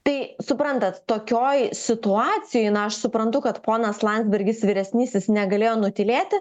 tai suprantat tokioj situacijoj na aš suprantu kad ponas landsbergis vyresnysis negalėjo nutylėti